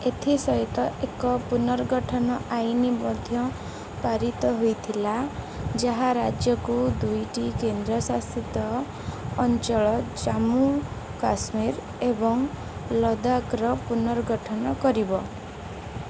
ଏଥିସହିତ ଏକ ପୁନର୍ଗଠନ ଆଇନ ମଧ୍ୟ ପାରିତ ହେଇଥିଲା ଯାହା ରାଜ୍ୟକୁ ଦୁଇଟି କେନ୍ଦ୍ରଶାସିତ ଅଞ୍ଚଳ ଜାମ୍ମୁ କାଶ୍ମୀର ଏବଂ ଲଦାଖରେ ପୁନର୍ଗଠନ କରିବ